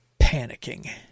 panicking